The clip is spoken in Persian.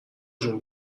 جون